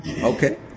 Okay